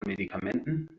medikamenten